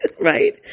Right